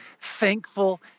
thankful